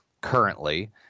currently –